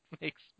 makes